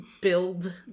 build